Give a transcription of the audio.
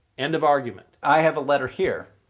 end of argument! i have a letter here,